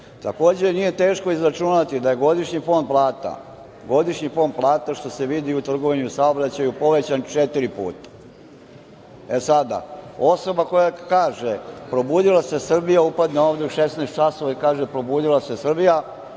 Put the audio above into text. TĐ/LjLTakođe, nije teško izračunati da je godišnji fond plata, što se viši u trgovanju i u saobraćaju povećan četiri puta.E, sada, osoba koja kaže - Probudila se Srbija, upadne ovde u 16.00 časova i kaže - Probudila se Srbija,